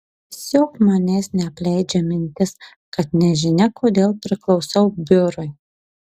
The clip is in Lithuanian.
tiesiog manęs neapleidžia mintis kad nežinia kodėl priklausau biurui